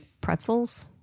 pretzels